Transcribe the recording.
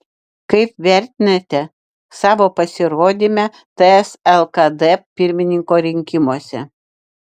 kaip vertinate savo pasirodymą ts lkd pirmininko rinkimuose